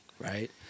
right